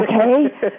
Okay